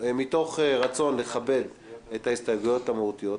מתוך רצון לכבד את הסתייגויות המהותיות,